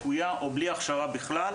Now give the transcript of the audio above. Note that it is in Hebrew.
לקויה או בלי הכשרה בכלל.